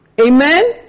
Amen